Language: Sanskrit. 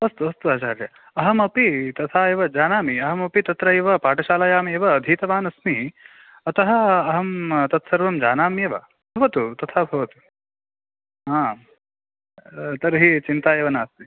अस्तु अस्तु आचार्य अहमपि तथा एव जानामि अहमपि तत्रैव पाठशालायाम् एव अधीतवान् अस्मि अतः अहं तत् सर्वं जानाम्येव भवतु तथा भवतु तर्हि चिन्ता एव नास्ति